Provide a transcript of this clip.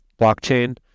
blockchain